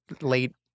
late